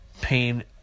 pain